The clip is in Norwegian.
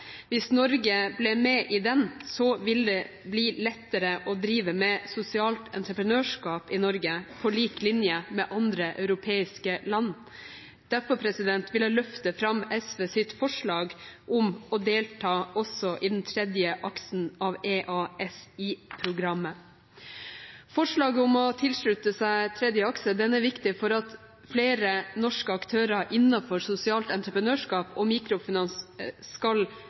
Hvis Norge ble med i den, ville det bli lettere å drive med sosialt entreprenørskap i Norge, på lik linje med andre europeiske land. Derfor vil jeg løfte fram SVs forslag om å delta også i den tredje aksen av EaSI-programmet. Forslaget om å tilslutte seg tredje akse er viktig for at flere norske aktører innenfor sosialt entreprenørskap og mikrofinans